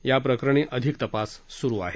याप्रकरणी अधिक तपास सुरु आहे